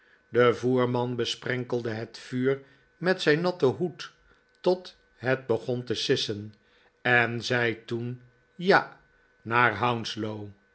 de voerman besprenkelde het vuur met zijn natten hoed tot het begon te sissen en zei toen ja naar